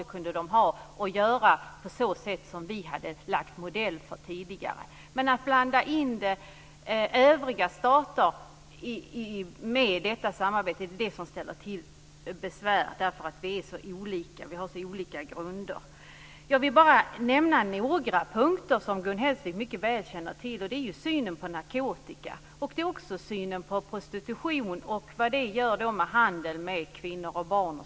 De kunde då använda den modell som vi hade använt tidigare. Men att blanda in övriga stater i detta samarbete ställer till besvär, därför att vi är så olika. Vi har så olika grunder. Jag vill bara nämna några punkter som Gun Hellsvik mycket väl känner till. Det gäller bl.a. synen på narkotika och på prostitution och vad Schengen leder till för handeln med kvinnor och barn.